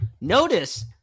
Notice